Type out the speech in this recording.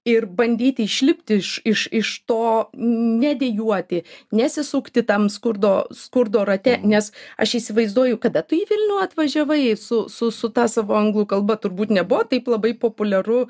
ir bandyti išlipt iš iš iš to nedejuoti nesisukti tam skurdo skurdo rate nes aš įsivaizduoju kada tu į vilnių atvažiavai su su su ta savo anglų kalba turbūt nebuvo taip labai populiaru